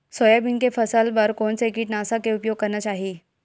Soybean के फसल बर कोन से कीटनाशक के उपयोग करना चाहि?